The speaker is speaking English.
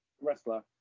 wrestler